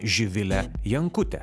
živilę jankutę